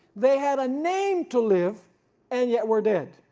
they had a name to live and yet were dead,